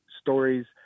stories